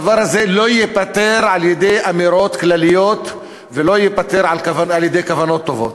הדבר הזה לא ייפתר על-ידי אמירות כלליות ולא ייפתר על-ידי כוונות טובות.